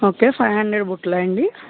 okay five hundred బుట్టలా అండి